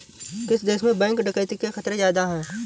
किस देश में बैंक डकैती के खतरे ज्यादा हैं?